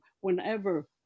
whenever